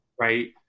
right